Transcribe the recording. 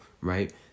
right